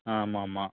ஆமாம் ஆமாம்